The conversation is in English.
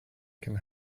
can